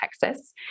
texas